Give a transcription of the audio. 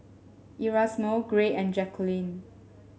Erasmo Gray and Jacquline